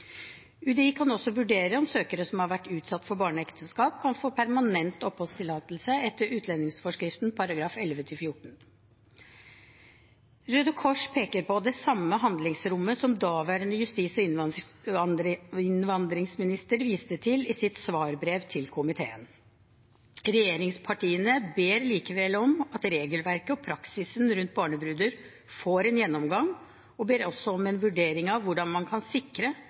UDI kan også vurdere om søkere som har vært utsatt for barneekteskap, kan få permanent oppholdstillatelse etter utlendingsforskriften § 11-4. Røde Kors peker på det samme handlingsrommet som daværende justis- og innvandringsminister viste til i sitt svarbrev til komiteen. Regjeringspartiene ber likevel om at regelverket og praksisen rundt barnebruder får en gjennomgang. De ber også om en vurdering av hvordan man kan sikre